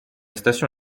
station